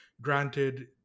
granted